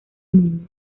mundo